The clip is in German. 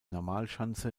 normalschanze